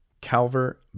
Calvert